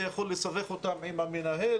זה יכול לסבך אותם עם המנהל,